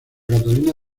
catalina